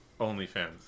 OnlyFans